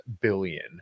billion